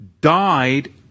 died